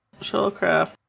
Shuttlecraft